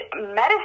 medicine